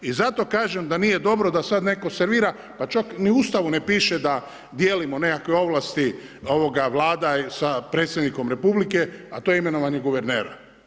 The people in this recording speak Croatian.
I zato kažem da nije dobro da sada netko servira, pa čak ni u Ustavu piše da dijelimo nekakve ovlasti Vlada sa predsjednikom Republike a to je imenovani guverner.